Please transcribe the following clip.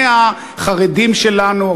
מהחרדים שלנו,